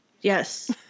Yes